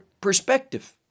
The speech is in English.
perspective